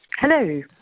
Hello